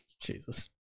Jesus